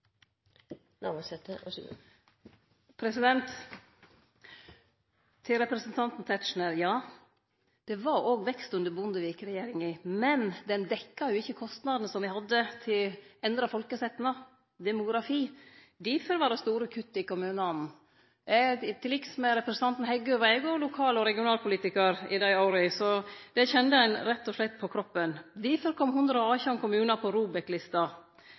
Til representanten Tetzschner: Ja, det var òg vekst under Bondevik-regjeringa, men han dekte jo ikkje kostnadene me hadde til endra folkesetnad – demografi. Difor var det store kutt i kommunane. Til liks med representanten Heggø var eg òg lokal- og regionalpolitikar i dei åra, og det kjende ein rett og slett på kroppen. Difor kom 118 kommunar på